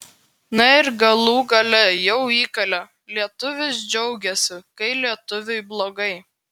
na ir galų gale jau įkalė lietuvis džiaugiasi kai lietuviui blogai